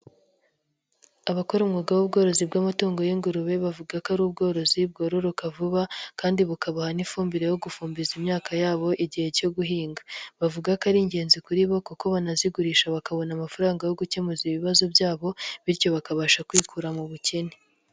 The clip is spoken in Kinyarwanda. Abakora umwuga w'ubworozi bw'amatungo y'ingurube, bavuga ko ari ubworozi bwororoka vuba kandi bukabaha n'ifumbire yo gufumbiza imyaka yabo igihe cyo guhinga. Bavuga ko ari ingenzi kuri bo kuko banazigurisha bakabona amafaranga yo gukemuza ibibazo byabo, bityo bakabasha kwikura mu bukene.